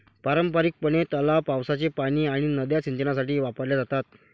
पारंपारिकपणे, तलाव, पावसाचे पाणी आणि नद्या सिंचनासाठी वापरल्या जातात